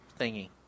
thingy